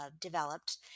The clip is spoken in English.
developed